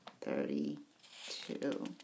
thirty-two